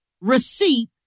receipt